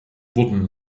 wurden